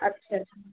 अच्छा अच्छा